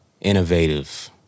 Innovative